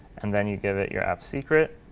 and then you give it your app secret.